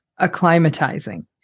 acclimatizing